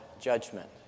judgment